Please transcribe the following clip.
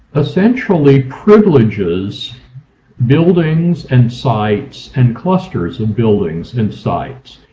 essentially privileges buildings and sites and clusters of buildings and sites.